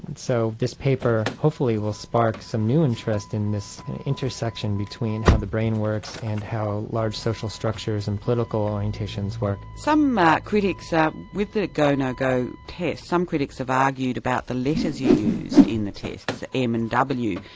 so this paper hopefully will spark some new interest in this intersection between how the brain works and how large social structures and political orientations work. some critics ah with the go, no go test some critics have argued about the letters you used in the test m and w.